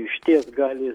išties gali jis gali